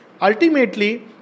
Ultimately